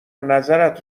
نظرت